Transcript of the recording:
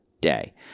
day